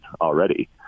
already